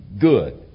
good